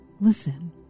Listen